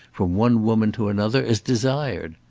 from one woman to another, as desired.